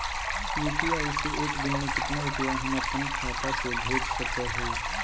UPI P I दिन में कितना रुपैया हम अपन खाता से भेज सको हियय?